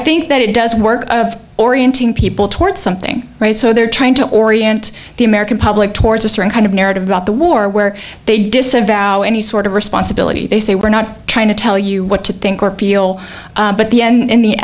think that it does work of orienting people toward something right so they're trying to orient the american public towards a certain kind of narrative about the war where they disavow any sort of responsibility they say we're not trying to tell you what to think or feel but the end in the